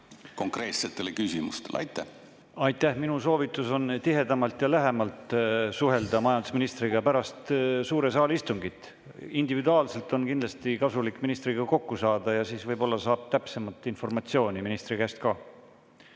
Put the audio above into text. Aitäh! Minu soovitus on tihedamalt ja lähemalt suhelda majandusministriga pärast suure saali istungit. Individuaalselt on kindlasti kasulik ministriga kokku saada ja siis võib-olla saab ministri käest